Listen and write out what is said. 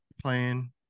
playing